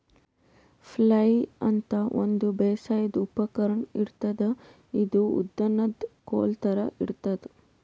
flail ಅಂತಾ ಒಂದ್ ಬೇಸಾಯದ್ ಉಪಕರ್ಣ್ ಇರ್ತದ್ ಇದು ಉದ್ದನ್ದ್ ಕೋಲ್ ಥರಾ ಇರ್ತದ್